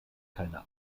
keine